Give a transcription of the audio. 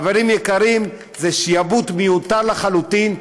חברים יקרים זה שעבוד מיותר לחלוטין.